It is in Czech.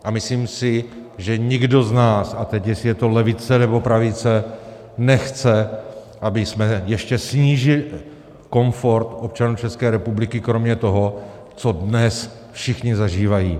A myslím si, že nikdo z nás, a teď jestli je to levice, nebo pravice, nechce, abychom ještě snížili komfort občanů České republiky kromě toho, co dnes všichni zažívají.